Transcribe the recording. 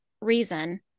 reason